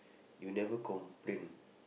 you never complain